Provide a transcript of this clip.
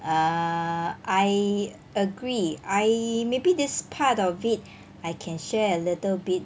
err I agree I maybe this part of it I can share a little bit